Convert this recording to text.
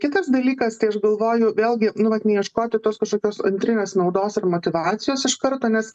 kitas dalykas tai aš galvoju vėlgi nu vat neieškoti tos kažkokios antrinės naudos ir motyvacijos iš karto nes